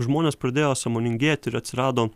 žmonės pradėjo sąmoningėt ir atsirado